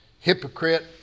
hypocrite